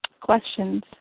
questions